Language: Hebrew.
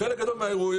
חלק גדול מהאירועים,